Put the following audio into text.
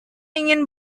ingin